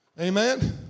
Amen